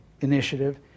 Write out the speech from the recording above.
initiative